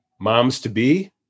moms-to-be